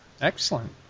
Excellent